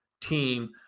team